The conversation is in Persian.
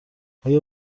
آیا